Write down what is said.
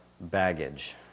baggage